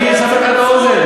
אני אסבר לך את האוזן.